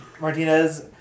Martinez